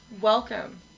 welcome